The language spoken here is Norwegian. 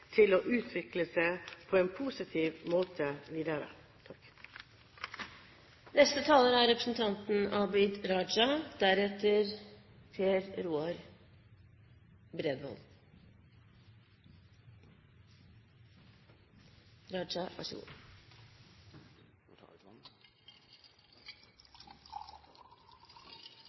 til å utvikle seg på en positiv måte videre. Først vil jeg takke representanten Bakke-Jensen for å ta